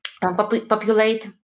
populate